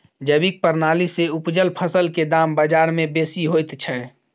जैविक प्रणाली से उपजल फसल के दाम बाजार में बेसी होयत छै?